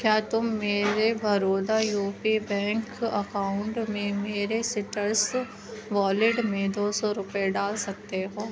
کیا تم میرے Baroda U P bank account میں میرے سٹرس والیٹ میں دو سو روپئے ڈال سکتے ہو